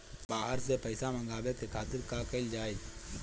बाहर से पइसा मंगावे के खातिर का कइल जाइ?